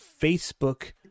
Facebook